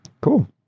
Cool